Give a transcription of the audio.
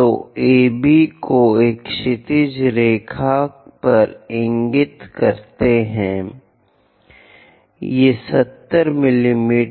तो AB को एक क्षैतिज रेखा पर इंगित करता है ये 70 मिमी